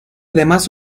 además